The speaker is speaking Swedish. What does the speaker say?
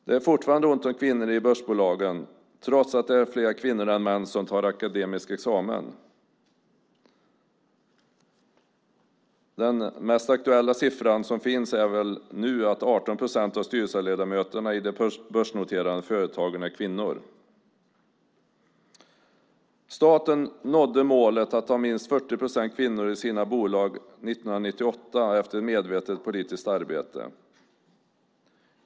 Det är fortfarande ont om kvinnor i börsbolagen, trots att det är fler kvinnor än män som tar akademisk examen. Den mest aktuella siffran som finns är väl att nu är 18 procent av styrelseledamöterna i de börsnoterade företagen kvinnor. Staten nådde målet att ha minst 40 procent kvinnor i sina bolag 1998 efter ett medvetet politiskt arbete.